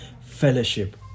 fellowship